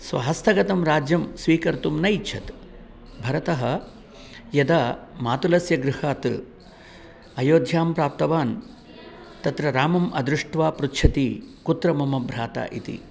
स्वहस्तगतं राज्यं स्वीकर्तुं न इच्छत् भरतः यदा मातुलस्य गृहात् अयोध्यां प्राप्तवान् तत्र रामम् अदृष्ट्वा पृच्छति कुत्र मम भ्राता इति